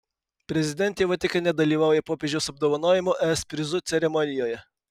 prezidentė vatikane dalyvauja popiežiaus apdovanojimo es prizu ceremonijoje